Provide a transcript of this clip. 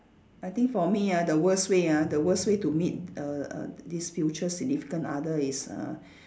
I think for me ah the worst way ah the worst way to meet err err this future significant other is uh